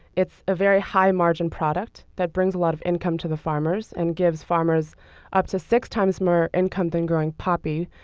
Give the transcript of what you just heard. it's a very high-margin product that brings a lot of income to the farmers and gives farmers up to six times more income than growing poppy.